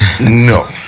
No